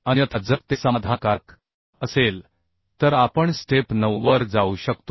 अन्यथा जर ते समाधानकारक असेल तर आपण स्टेप 9 वर जाऊ शकतो